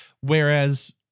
Whereas